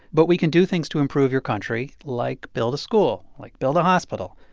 but we can do things to improve your country like build a school like build a hospital.